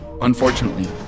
Unfortunately